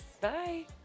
Bye